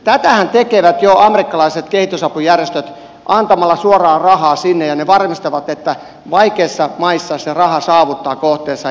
tätähän tekevät jo amerikkalaiset kehitysapujärjestöt antamalla rahaa suoraan sinne ja ne varmistavat että vaikeissa maissa se raha saavuttaa kohteensa